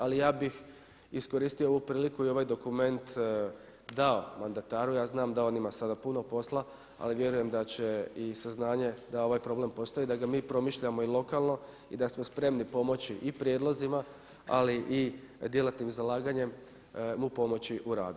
Ali ja bih iskoristio ovu priliku i ovaj dokument dao mandataru, ja znam da on ima sada puno posla ali vjerujem da će i saznanje da ovaj problem postoji i da ga mi promišljamo i lokalno i da smo spremni pomoći i prijedlozima ali i djelatnim zalaganjem mu pomoći u radu.